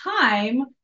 time